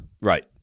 Right